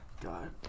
God